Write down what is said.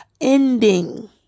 ending